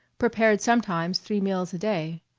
prepared sometimes three meals a day.